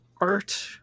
art